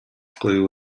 коюп